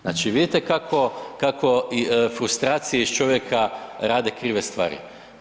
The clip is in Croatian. Znači vidite kako, kako frustracije iz čovjeka rade krive stvari.